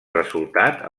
resultat